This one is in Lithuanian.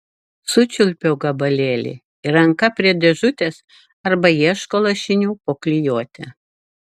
sučiulpiau gabalėlį ir ranka prie dėžutės arba ieško lašinių po klijuotę